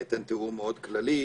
אתן תיאור מאוד כללי.